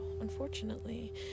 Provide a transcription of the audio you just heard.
unfortunately